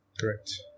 Correct